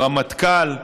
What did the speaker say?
הרמטכ"ל,